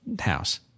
house